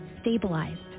stabilized